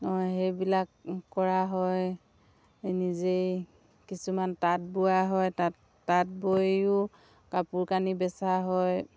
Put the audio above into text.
হয় সেইবিলাক কৰা হয় নিজেই কিছুমান তাঁত বোৱা হয় তাঁত তাঁত বৈয়ো কাপোৰ কানি বেচা হয়